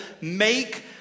make